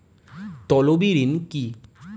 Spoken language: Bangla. তলবি ঋণ কি?